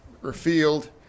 revealed